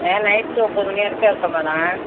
night ஒன்பது மணி வரைக்கும் இருக்கோம் மேடம்